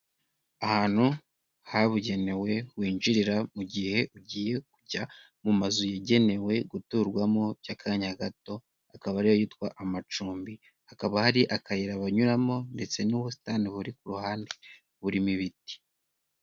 Ahantu habugenewe winjirira mu gihe ugiye kujya mu mazu yagenewe guturwamo by'akanya gato, akaba ariyo yitwa amacumbi. Hakaba hari akayira banyuramo ndetse n'ubusitani buri ku ruhande burimo ibiti.